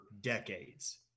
decades